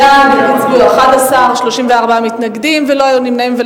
בעד הצביעו 11, 34 מתנגדים, לא היו נמנעים.